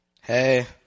Hey